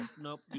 nope